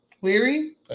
weary